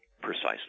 Precisely